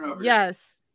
Yes